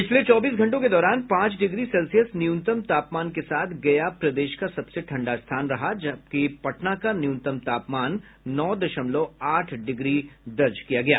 पिछले चौबीस घंटों के दौरान पांच डिग्री सेल्सियस न्यूनतम तापमान के साथ गया प्रदेश का सबसे ठंडा स्थान रहा जबकि पटना का न्यूनतम तापमान नौ दशमलव आठ डिग्री रहा